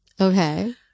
Okay